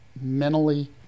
mentally